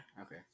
Okay